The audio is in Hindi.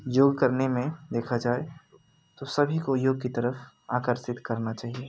योग करने में देखा जाए तो सभी को योग की तरफ आकर्षित करना चाहिए